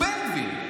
הוא בן גביר.